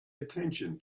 attention